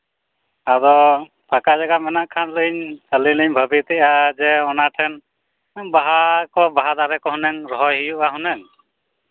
ᱟᱫᱚ ᱯᱷᱟᱠᱟ ᱡᱟᱭᱜᱟ ᱢᱮᱱᱟᱜ ᱠᱷᱟᱱ ᱨᱤᱧ ᱟᱹᱞᱤᱧ ᱞᱤᱧ ᱵᱷᱟᱹᱵᱤᱛᱚᱜᱼᱟ ᱡᱮ ᱚᱱᱟ ᱴᱷᱮᱱ ᱵᱟᱦᱟ ᱠᱚ ᱵᱟᱦᱟ ᱫᱟᱨᱮ ᱠᱚ ᱦᱩᱱᱟᱹᱝ ᱨᱚᱦᱚᱭ ᱦᱩᱭᱩᱜᱼᱟ ᱦᱩᱱᱟᱹᱝ